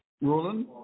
roland